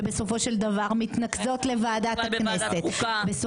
שבסופו של דבר מתנקזות לוועדת הכנסת.